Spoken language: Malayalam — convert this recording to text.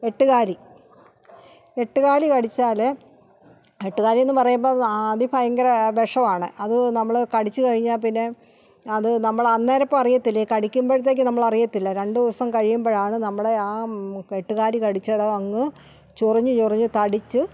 എട്ടുകാലി എട്ടുകാലി കടിച്ചാല് എട്ടുകാലി പറയുമ്പോൾ അത് അതി ഭയങ്കര വിഷമാണ് അത് നമ്മള് കടിച്ചു കഴിഞ്ഞാൽ പിന്നെ അത് നമ്മൾ അന്നേരം അപ്പം അറിയത്തില്ല കടിക്കുമ്പോഴുത്തേക്കും അറിയത്തില്ല രണ്ടുദിവസം കഴിയുമ്പോഴാണ് നമ്മുടെ ആ എട്ടുകാലി കടിച്ച ഇടം അങ്ങ് ചൊറിഞ്ഞു ചൊറിഞ്ഞു തടിച്ച